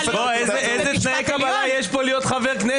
איזה תנאי קבלה יש להיות חבר כנסת?